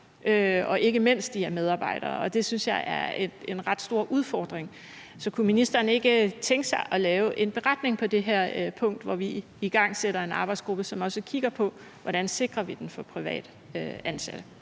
og ikke, mens de er medarbejdere. Det synes jeg er en ret stor udfordring. Så kunne ministeren ikke tænke sig at lave en beretning til det her punkt, hvor vi igangsætter en arbejdsgruppe, som også kigger på, hvordan vi sikrer ytringsfriheden for privat ansatte.